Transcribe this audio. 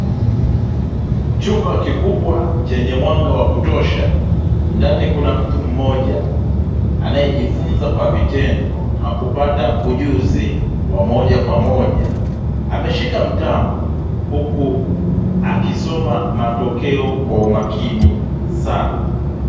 Chumba kikubwa chenye mwanga wa kutosha ndani. kuna mtu mmoja anayejifunza kwa vitendo na kupata ujuzi wa moja kwa moja. Ameshika mtambo huku akisoma matokeo kwa umakini sana.